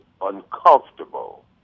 uncomfortable